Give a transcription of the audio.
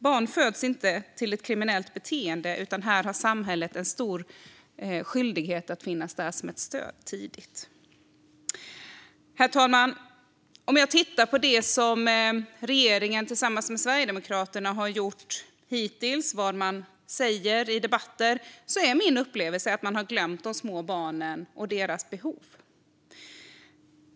Barn föds inte till ett kriminellt beteende, utan här har samhället en stor skyldighet att finnas som ett stöd tidigt. Herr talman! Om jag tittar på det som regeringen tillsammans med Sverigedemokraterna har gjort hittills och vad man säger i debatter är min upplevelse att man har glömt de små barnen och deras behov.